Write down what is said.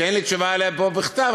שאין לי תשובה עליה פה בכתב.